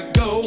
go